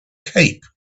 cape